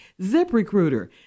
ZipRecruiter